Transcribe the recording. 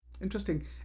Interesting